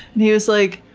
he was like,